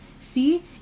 See